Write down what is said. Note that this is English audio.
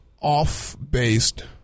off-based